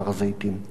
תודה רבה.